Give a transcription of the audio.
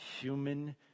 human